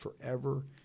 forever